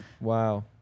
wow